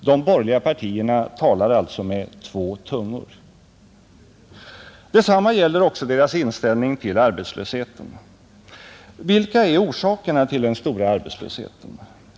De borgerliga partierna talar alltså med två tungor. Detsamma gäller också deras inställning till arbetslösheten. Vilka är orsakerna till den stora arbetslösheten?